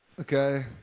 okay